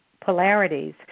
polarities